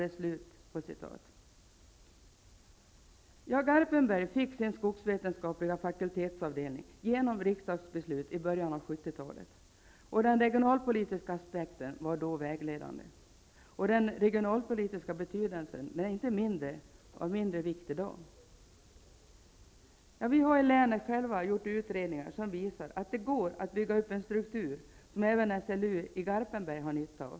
Garpenberg fick sin skogsvetenskapliga fakultetsavdelning genom riksdagsbeslut i början av 70-talet. Den regionalpolitiska aspekten var då vägledande. Den regionalpolitiska betydelsen är inte av mindre vikt i dag. Vi har i länet själva gjort utredningar som visar att det går att bygga upp en struktur som även SLU i Garpenberg har nytta av.